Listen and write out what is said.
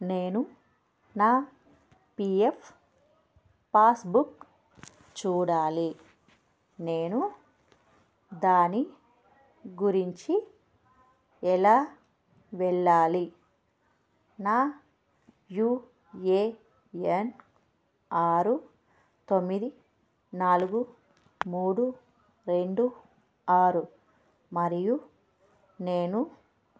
నేను నా P F passbook చూడాలి నేను దాని గురించి ఎలా వెళ్ళాలి నా యు ఏ ఎన్ ఆరు తొమ్మిది నాలుగు మూడు రెండు ఆరు మరియు నేను